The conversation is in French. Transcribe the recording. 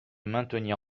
maintenir